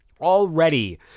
already